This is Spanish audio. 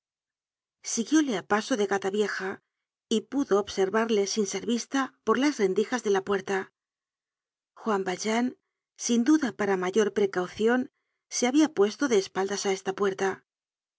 siguióle á paso de gata vieja y pudo observarle sin ser vista por las rendijas de la puerta juan valjean sin duda para mayor precaucion se habia puesto de espaldas á esta puerta